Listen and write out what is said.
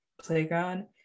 playground